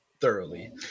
thoroughly